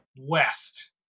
west